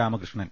Ramakrishnan